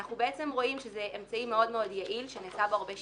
אנחנו בעצם רואים שזה אמצעי מאוד מאוד יעיל שנעשה בו הרבה שימוש.